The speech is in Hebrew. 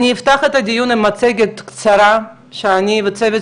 אני אפתח את הדיון עם מצגת קצרה שאני והצוות